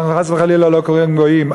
אנחנו חס וחלילה לא קוראים גויים,